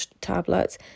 tablets